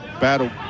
Battle